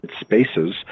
spaces